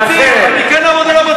ארץ-ישראל, הקואליציה, אדוני